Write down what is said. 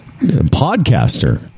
podcaster